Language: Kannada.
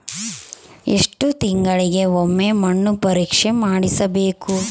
ಎಷ್ಟು ತಿಂಗಳಿಗೆ ಒಮ್ಮೆ ಮಣ್ಣು ಪರೇಕ್ಷೆ ಮಾಡಿಸಬೇಕು?